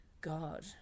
God